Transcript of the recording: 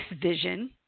vision